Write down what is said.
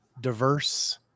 diverse